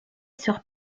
sur